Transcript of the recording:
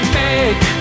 make